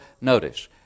Notice